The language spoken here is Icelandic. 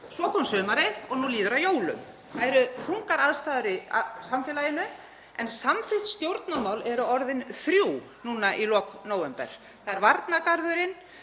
Svo kom sumarið og nú líður að jólum. Það eru þungar aðstæður í samfélaginu en samþykkt stjórnarmál eru orðin þrjú núna í lok nóvember. Það er varnargarðurinn,